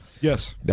Yes